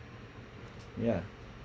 ya